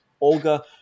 Olga